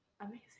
amazing